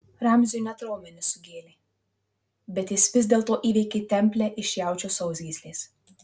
ramziui net raumenis sugėlė bet jis vis dėlto įveikė templę iš jaučio sausgyslės